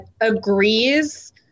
agrees